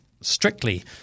strictly